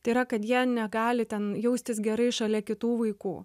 tai yra kad jie negali ten jaustis gerai šalia kitų vaikų